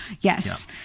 Yes